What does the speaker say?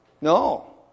No